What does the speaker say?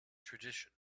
tradition